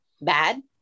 bad